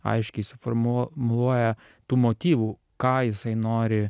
aiškiai suformu muluoja tų motyvų ką jisai nori